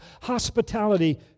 hospitality